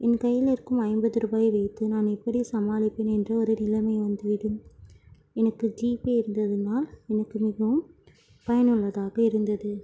என் கையில் இருக்கும் ஐம்பது ரூபாயை வைத்து நான் எப்படி சமாளிப்பேன் என்று ஒரு நிலைமை வந்துவிடும் எனக்கு ஜீபே இருந்ததுன்னா எனக்கு மிகவும் பயனுள்ளதாக இருந்தது